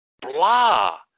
blah